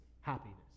happiness